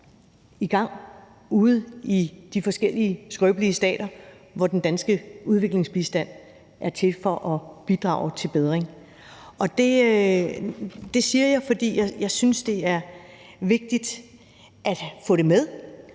i gang ude i de forskellige, skrøbelige stater, hvor den danske udviklingsbistand går til at bidrage til bedring. Og det siger jeg, fordi jeg synes, det er vigtigt at få med,